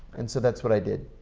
and so that's what i did.